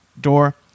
door